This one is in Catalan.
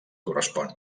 correspon